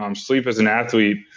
um sleep as an athlete,